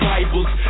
Bibles